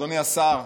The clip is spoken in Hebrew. אדוני השר,